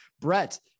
Brett